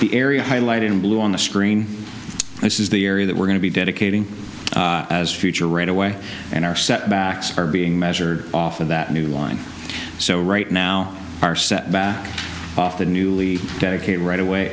the area highlighted in blue on the screen this is the area that we're going to be dedicating as future right away and our setbacks are being measured off of that new line so right now our set back off the newly dedicate right away